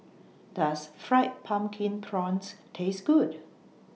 Does Fried Pumpkin Prawns Taste Good